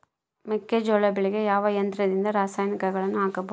ಮೆಕ್ಕೆಜೋಳ ಬೆಳೆಗೆ ಯಾವ ಯಂತ್ರದಿಂದ ರಾಸಾಯನಿಕಗಳನ್ನು ಹಾಕಬಹುದು?